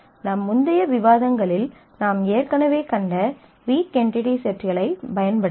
நம் முந்தைய விவாதங்களில் நாம் ஏற்கனவே கண்ட வீக் என்டிடி செட்களைப் பயன்படுத்தலாம்